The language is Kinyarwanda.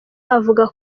avuga